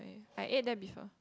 I ate there before